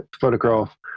photograph